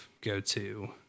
go-to